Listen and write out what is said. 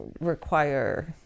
require